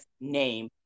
name